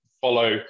follow